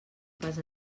pas